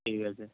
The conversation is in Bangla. ঠিক আছে